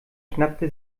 schnappte